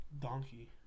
donkey